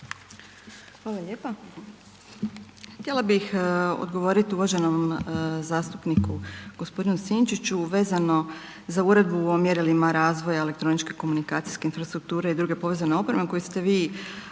Hvala lijepa, htjela bih odgovorit uvaženom zastupniku gospodinu Sinčiću, vezano za Uredbu o mjerilima razvoja elektroničke komunikacijske infrastrukture i druge povezane opreme u kojoj ste vi